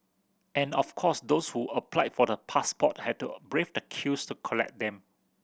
and of course those who applied for the passport had to brave the queues to collect them